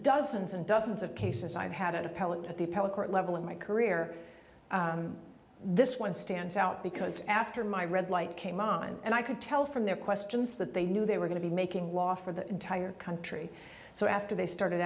dozens and dozens of cases i've had an appellate at the appellate court level in my career this one stands out because after my red light came on and i could tell from their questions that they knew they were going to be making law for the entire country so after they started